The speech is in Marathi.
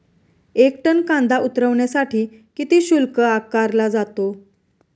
एक टन कांदा उतरवण्यासाठी किती शुल्क आकारला जातो?